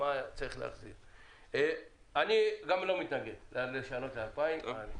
אני גם לא מתנגד לשנות ל-2,000 שקלים.